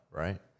right